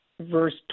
verse